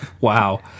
wow